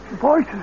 voice